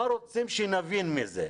מה רוצים שנבין מזה?